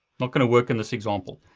not gonna work in this example,